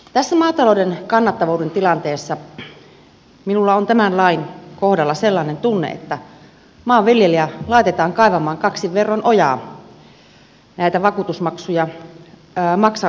tässä maatalouden kannattavuuden tilanteessa minulla on tämän lain kohdalla sellainen tunne että maanviljelijä laitetaan kaivamaan kaksin verroin ojaa näitä vakuutusmaksuja maksaessaan